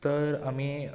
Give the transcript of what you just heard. तर आमी